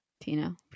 Tina